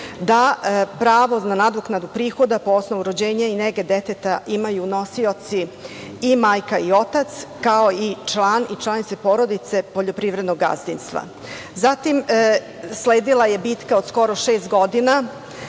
da pravo na nadoknadu prihoda po osnovu rođenja i nege deteta, imaju nosioci i majka i otac, kao i član i članice porodice poljoprivrednog gazdinstva. Zatim, sledila je bitka, od skoro šest godina,